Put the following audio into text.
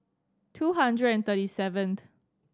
two hundred and thirty seventh